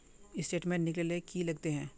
Statement निकले ले की लगते है?